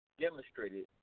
demonstrated